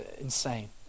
insane